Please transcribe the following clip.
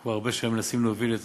כבר הרבה שנים מנסים להוביל את